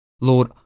Lord